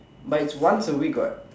but it's once a week what